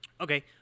Okay